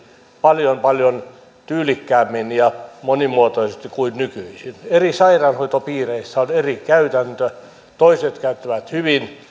paljon paljon tyylikkäämmin ja monimuotoisemmin kuin nykyisin eri sairaanhoitopiireissä on eri käytäntö toiset käyttävät hyvin